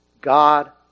God